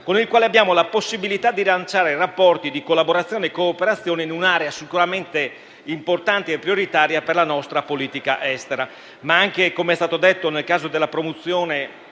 con il quale abbiamo la possibilità di rilanciare rapporti di collaborazione e cooperazione, in un'area sicuramente importante e prioritaria per la nostra politica estera.